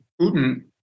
Putin